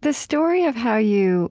the story of how you